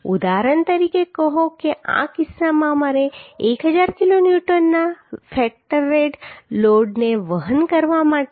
ઉદાહરણ તરીકે કહો કે આ કિસ્સામાં અમારે 1000 કિલોન્યુટનના ફેક્ટરેડ લોડને વહન કરવા માટે 10